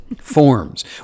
forms